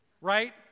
Right